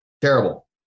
Terrible